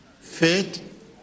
faith